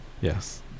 Yes